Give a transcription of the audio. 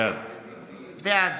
בעד